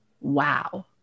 Wow